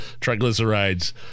triglycerides